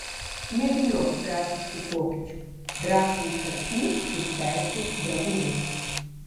nebijok drastiškų pokyčių drąsiai karpyk ir persiūk drabužius